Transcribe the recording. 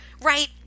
right